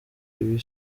ibi